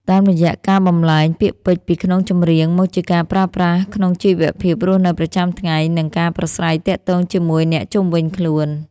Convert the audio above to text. តាមរយៈការបំប្លែងពាក្យពេចន៍ពីក្នុងចម្រៀង មកជាការប្រើប្រាស់ក្នុងជីវភាពរស់នៅប្រចាំថ្ងៃ និងការប្រស្រ័យទាក់ទងជាមូយអ្នកជុំវិញខ្លួន។